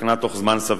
לתקנה תוך זמן סביר.